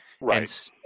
Right